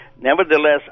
nevertheless